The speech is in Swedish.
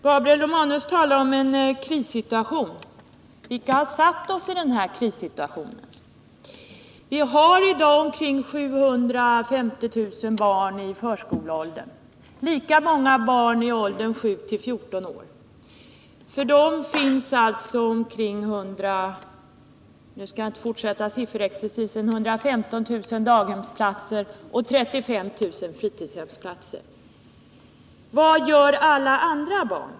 Gabriel Romanus talar om en krissituation. Vilka har försatt oss i denna krissituation? Vi har i dag omkring 750 000 barn i förskoleåldern och lika många barn i åldern 7-14 år. För dessa barn finns alltså 115 000 daghemsplatser och 35 000 fritidshemsplatser — nu skall jag inte fortsätta sifferexercisen. Vad gör alla andra barn?